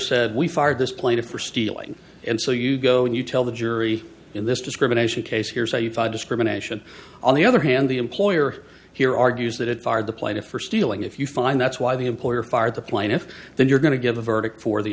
said we fired this plaintiff for stealing and so you go and you tell the jury in this discrimination case here's how you fight discrimination on the other hand the employer here argues that it fired the plaintiff for stealing if you find that's why the employer fired the plaintiff then you're going to give a verdict for the